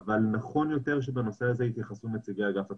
אבל נכון יותר שבנושא הזה יתייחסו נציגי אגף התקציבים.